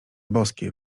boskie